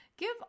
Give